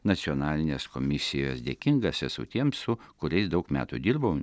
nacionalinės komisijos dėkingas esu tiems su kuriais daug metų dirbau